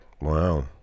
Wow